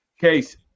Case